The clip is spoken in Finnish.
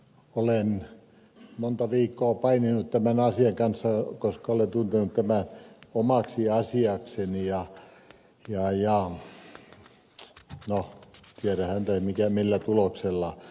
olen monta viikkoa paininut tämän asian kanssa koska olen tuntenut tämän omaksi asiakseni ja no tiedä häntä millä tuloksella